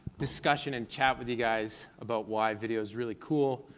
discussion and chat with you guys about why video's really cool,